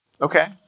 okay